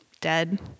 dead